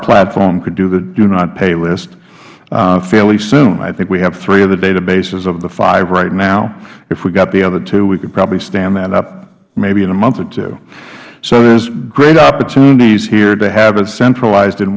platform could do the donotpay list fairly soon i think we have three of the databases of the five right now if we got the other two we could probably stand that up maybe in a month or two so there are great opportunities here to have it centralized in